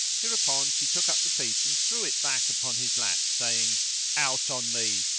hereupon she took up the piece and threw it back upon his lap, saying out on thee!